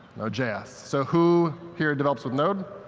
node js. so who here develops with node?